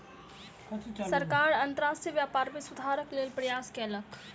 सरकार अंतर्राष्ट्रीय व्यापार में सुधारक लेल प्रयास कयलक